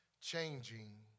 Changing